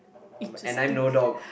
and I know dog